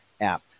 app